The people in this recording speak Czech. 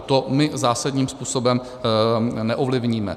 To my zásadním způsobem neovlivníme.